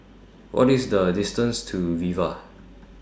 What IS The distance to Viva